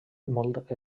molt